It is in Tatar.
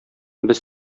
без